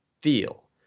feel